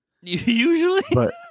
Usually